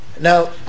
Now